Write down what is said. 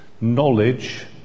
knowledge